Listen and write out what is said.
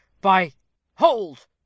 by—hold